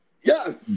Yes